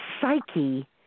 psyche